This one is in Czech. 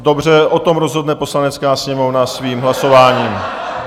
Dobře, o tom rozhodne Poslanecká sněmovna svým hlasováním.